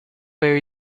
per